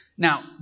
Now